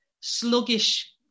sluggish